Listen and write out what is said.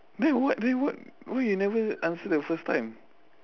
then what then what why you never answer the first time